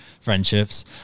friendships